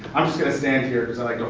i'm just going to stand here because i